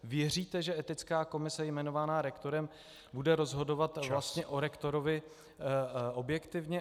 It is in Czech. Věříte, že etická komise jmenovaná rektorem bude rozhodovat o rektorovi objektivně?